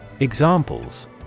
Examples